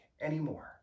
anymore